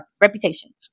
reputation